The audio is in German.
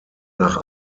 nach